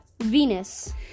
Venus